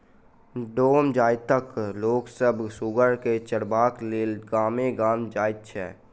डोम जाइतक लोक सभ सुगर के चरयबाक लेल गामे गाम जाइत छै